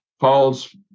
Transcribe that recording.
Paul's